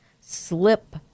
slip